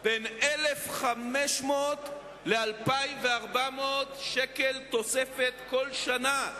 1,500 2,400 שקל תוספת כל שנה.